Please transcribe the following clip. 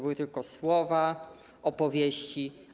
Były tylko słowa, opowieści.